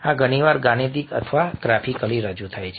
આ ઘણીવાર ગાણિતિક અથવા ગ્રાફિકલી રજૂ થાય છે